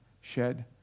shed